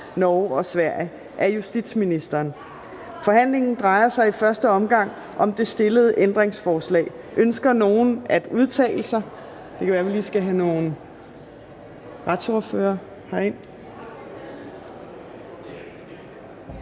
Fjerde næstformand (Trine Torp): Forhandlingen drejer sig i første omgang om det stillede ændringsforslag. Ønsker nogen at udtale sig?